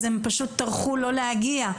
אז הם פשוט טרחו לא להגיע,